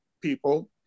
people